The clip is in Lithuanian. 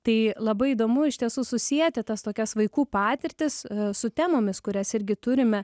tai labai įdomu iš tiesų susieti tas tokias vaikų patirtis su temomis kurias irgi turime